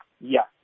yes